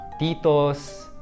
Titos